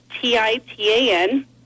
T-I-T-A-N